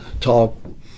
talk